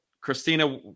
Christina